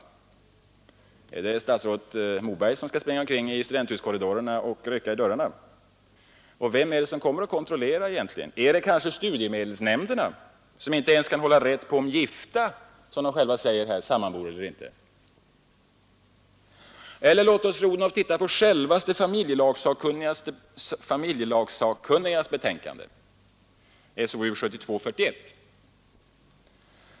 Är det statsrådet Moberg som skall springa omkring i studenthuskorridorerna och rycka i dörrarna? Eller vem är det som kommer och kontrollerar? Är det kanske studiemedelsnämnderna, som inte ens kan hålla rätt på om gifta — som man säger här — sammanbor eller inte? Eller låt oss, fru Odhnoff, titta på självaste familjelagsakkunnigas betänkande .